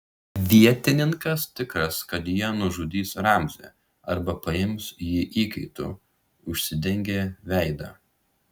vietininkas tikras kad jie nužudys ramzį arba paims jį įkaitu užsidengė veidą